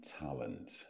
talent